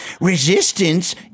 resistance